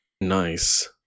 nice